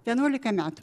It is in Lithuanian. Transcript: vienuolika metų